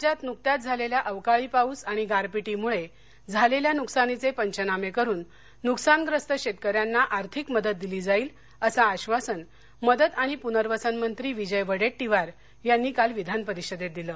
राज्यात नुकत्याच झालेल्या अवकाळी पाउस आणि गारपिटीमुळे झालेल्या नुकसानीचे पंचनामे करून नुकसानप्रस्त शेतकऱ्यांना आर्थिक मदत दिली जाईल असं आश्वासन मदत आणि प्रनर्वसन मंत्री विजय वडेट्टीवार यांनी काल विधानपरिषदेत दिलं